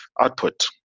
output